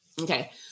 Okay